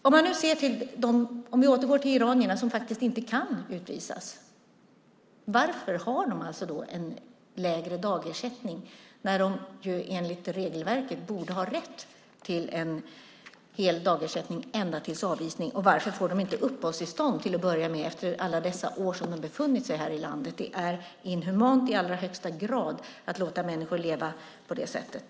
Om vi återgår till iranierna som inte kan utvisas undrar jag varför de har en lägre dagersättning när de enligt regelverket borde ha rätt till en hel dagersättning ända till avvisningen. Och varför får de inte uppehållstillstånd, till att börja med, efter alla dessa år som de har befunnit sig här i landet? Det är inhumant i allra högsta grad att låta människor leva på det sättet.